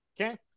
Okay